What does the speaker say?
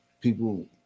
people